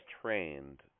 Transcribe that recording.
trained